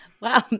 Wow